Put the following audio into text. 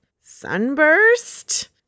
Sunburst